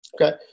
Okay